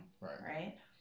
Right